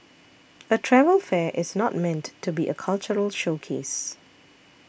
a travel fair is not meant to be a cultural showcase